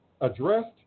addressed